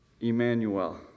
Emmanuel